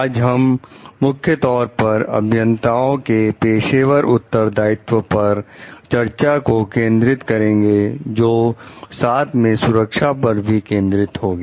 आज हम मुख्य तौर पर अभियंताओं के पेशेवर उत्तरदायित्व पर चर्चा को केंद्रित करेंगे जो साथ में सुरक्षा पर भी केंद्रित होगी